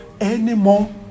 anymore